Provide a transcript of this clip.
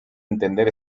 entender